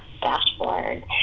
dashboard